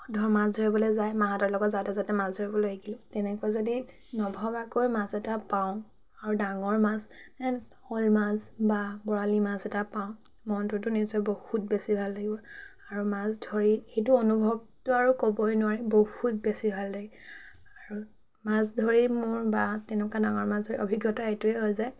ধৰ মাছ ধৰিবলৈ যায় মাহঁতৰ লগত যাওঁতে যাওঁতে মাছ ধৰিবলৈ শিকিলোঁ তেনেকৈ যদি নভবাকৈ মাছ এটা পাওঁ আৰু ডাঙৰ মাছ যেন শ'ল মাছ বা বৰালি মাছ এটা পাওঁ মনটোতো নিজৰ বহুত বেছি ভাল লাগিব আৰু মাছ ধৰি সেইটো অনুভৱটো আৰু ক'বই নোৱাৰি বহুত বেছি ভাল লাগে আৰু মাছ ধৰি মোৰ বা তেনেকুৱা ডাঙৰ মাছ ধৰি অভিজ্ঞতা এইটোৱে হয় যে